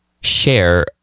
share